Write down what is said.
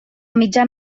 mitjan